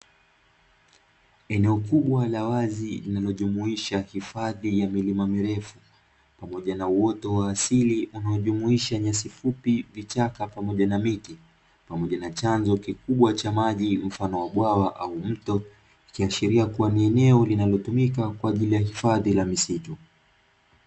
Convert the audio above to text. Eneo kubwa la wazi linalojumuisha hifadhi ya milima mirefu pamoja na uoto wa asili unaojumuisha nyasi fupi, vichaka pamoja na miti pamoja na chanzo kikubwa cha maji mfano wa bwawa au mto ikiashiria kuwa ni eneo linalotumika kwa ajili ya hifadhi ya misitu.